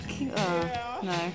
No